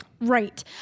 Right